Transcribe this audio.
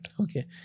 Okay